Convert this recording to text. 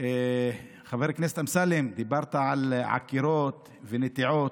חבר הכנסת אמסלם, דיברת על עקירות ונטיעות,